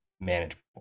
manageable